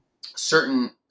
certain